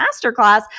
masterclass